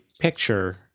picture